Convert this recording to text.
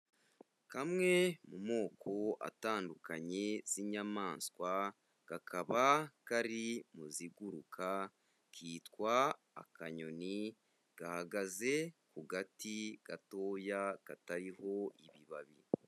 Kamwe mu moko atandukanye z'inyamanswa, kakaba kari mu ziguruka, kitwa akanyoni; gahagaze ku gati gatoya katariho ibibabi.